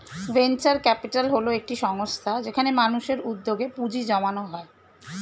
venture capital হল একটি সংস্থা যেখানে মানুষের উদ্যোগে পুঁজি জমানো হয়